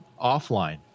offline